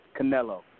Canelo